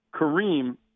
Kareem